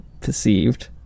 perceived